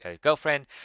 girlfriend